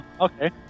okay